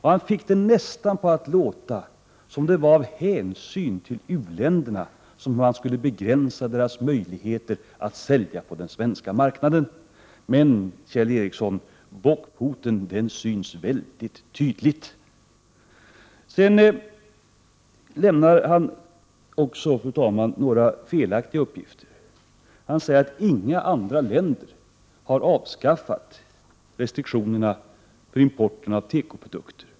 Han fick det nästan att låta som om det vore av hänsyn till u-länderna som man skulle begränsa deras möjligheter att sälja på den svenska marknaden. Bockfoten syns tydligt, Kjell Ericsson! Fru talman! Kjell Ericsson lämnade några felaktiga uppgifter. Han sade att inga andra länder har avskaffat restriktionerna när det gäller importen av tekoprodukter.